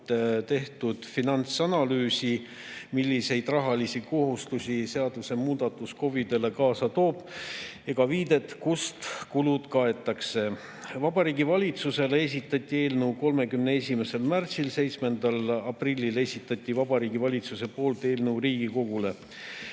tehtud finantsanalüüsi, milliseid rahalisi kohustusi seaduse muutmine KOV-idele kaasa toob, ega viidet, kust kulud kaetakse. Vabariigi Valitsusele esitati eelnõu 31. märtsil. 7. aprillil esitas Vabariigi Valitsus eelnõu Riigikogule.